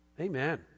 Amen